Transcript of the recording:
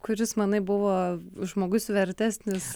kuris man buvo žmogus vertesnis